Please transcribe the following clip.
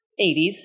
80s